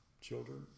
children